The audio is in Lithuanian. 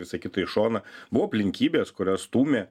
visą kitą šoną buvo aplinkybės kurios stūmė